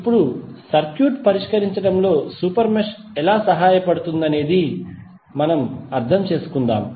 ఇప్పుడు సర్క్యూట్ పరిష్కరించడంలో super mesh ఎలా సహాయపడుతుందో అర్థం చేసుకుందాం